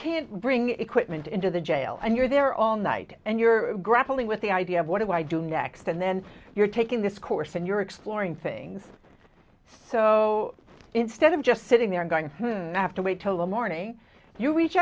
can't bring equipment into the jail and you're there all night and you're grappling with the idea of what do i do next and then you're taking this course and you're exploring things so instead of just sitting there going to have to wait till the morning you reach